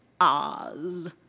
Oz